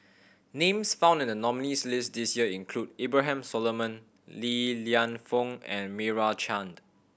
names found in the nominees' list this year include Abraham Solomon Li Lienfung and Meira Chand